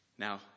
Now